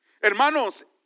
Hermanos